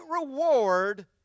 reward